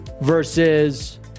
versus